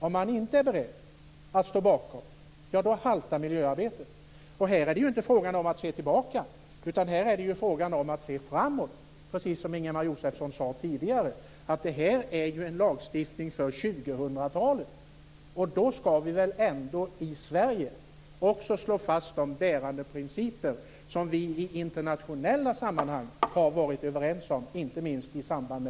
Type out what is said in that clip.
Om man inte är beredd att stå bakom detta haltar miljöarbetet. Här är det inte heller fråga om att se tillbaka, utan här är det fråga om att se framåt. Precis som Ingemar Josefsson sade tidigare är ju det här en lagstiftning för 2000-talet. Då skall vi väl också i Sverige slå fast de bärande principer som vi i internationella sammanhang har varit överens om, inte minst i samband med